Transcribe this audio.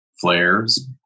flares